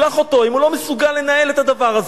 שלח אותו, אם הוא לא מסוגל לנהל את הדבר הזה.